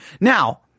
Now